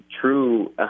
true